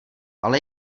ale